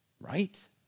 Right